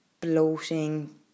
bloating